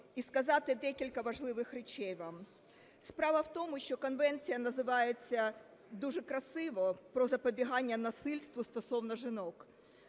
і сказати декілька важливих речей вам. Справа в тому, що конвенція називається дуже красиво: про запобігання насильству стосовно жінок.